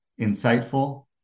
insightful